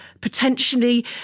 potentially